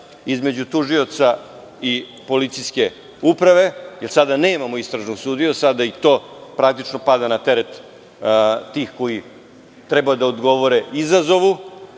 između tužioca i policijske uprave, jer sada nemamo istražnog sudiju, sada i to praktično pada na teret tih koji treba da odgovore izazovu.